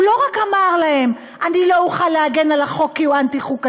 הוא לא רק אמר להם: לא אוכל להגן על החוק כי הוא אנטי-חוקתי.